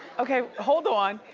okay, hold on.